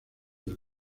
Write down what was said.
del